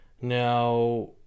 Now